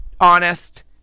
honest